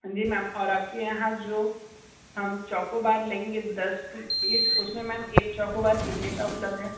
जी ma'am और आपके यहाँ जो हम चोकोबार लेंगे दस पीस इस उसमें मैम एक चोकोबार कितने का उपलब्ध है